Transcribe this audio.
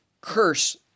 curse